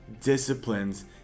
disciplines